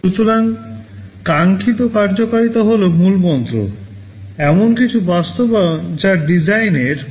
সুতরাং কাঙ্ক্ষিত কার্যকারিতা হল মূলমন্ত্র এমন কিছু বাস্তবায়ন যা ডিজাইনের কার্যকারিতা উপলব্ধি করে